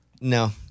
no